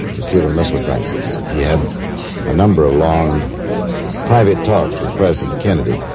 the cuban missile crisis. he had a number of long private talks with president kennedy,